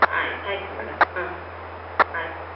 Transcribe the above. ಆಯ್ತ್ ಆಯಿತು ಮೇಡಮ್ ಹಾಂ ಆಯಿತು